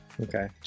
Okay